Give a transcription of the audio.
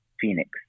Phoenix